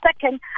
second